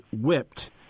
whipped